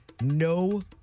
No